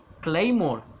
claymore